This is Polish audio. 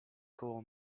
koło